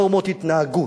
נורמות התנהגות.